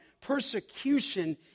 persecution